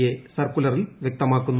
A സർക്കുലറിൽ വൃക്തമാക്കുന്നു